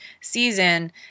season